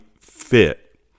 fit